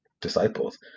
disciples